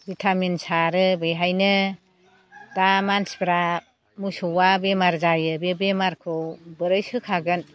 vitamin सारो बेहायनो दा मानसिफोरा मोसौआ बेमार जायो बे बेमारखौ बोरै सोखागोन